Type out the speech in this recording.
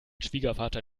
schwiegervater